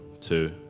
two